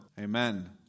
Amen